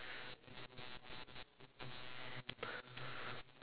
the park the park because the park is kinda hard to circle it